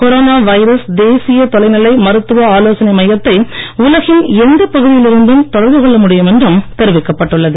corona virus தேசிய தொலைநிலை மருத்துவ ஆலோசனை மையத்தை உலகின் எந்தப் பகுதியில் இருந்தும் தொடர்புகொள்ள முடியும் என்றும் தெரிவிக்கப் பட்டுள்ளது